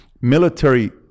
military